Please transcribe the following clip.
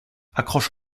accroche